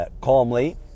calmly